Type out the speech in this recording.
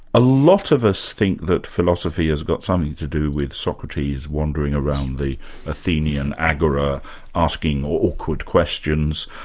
a lot of us think that philosophy has got something to do with socrates wandering around the athenian agora asking awkward questions,